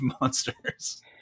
Monsters